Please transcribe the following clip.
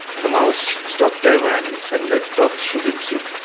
the maoists should stop their lands and that talks should ensue.